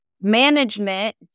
management